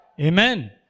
Amen